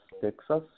Texas